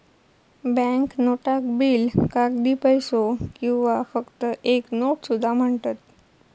bank नोटाक bill, कागदी पैसो किंवा फक्त एक नोट सुद्धा म्हणतत